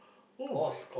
oh my